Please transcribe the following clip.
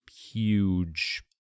huge